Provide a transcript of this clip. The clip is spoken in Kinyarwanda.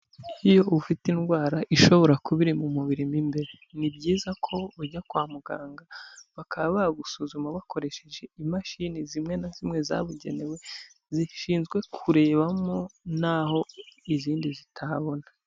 Iyo ufite indwara ishobora kuba iri mu mubiri mo imbere, ni byiza ko ujya kwa muganga, bakaba bagusuzuma bakoresheje imashini zimwe na zimwe zabugenewe, zishinzwe kurebamo n'aho izindi zitabona.